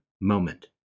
moment